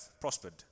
prospered